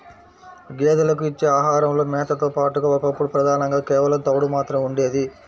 గేదెలకు ఇచ్చే ఆహారంలో మేతతో పాటుగా ఒకప్పుడు ప్రధానంగా కేవలం తవుడు మాత్రమే ఉండేది